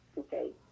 Okay